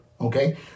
Okay